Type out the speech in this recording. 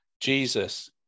Jesus